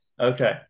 Okay